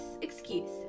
excuse